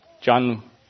John